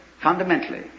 fundamentally